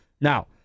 now